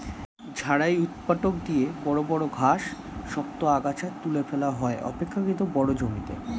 ঝাড়াই ঊৎপাটক দিয়ে বড় বড় ঘাস, শক্ত আগাছা তুলে ফেলা হয় অপেক্ষকৃত বড় জমিতে